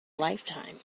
lifetime